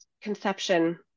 conception